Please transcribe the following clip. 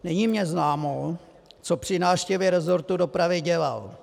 Není mi známo, co při návštěvě resortu dopravy dělal.